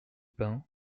pins